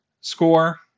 score